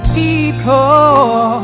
people